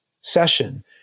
session